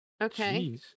okay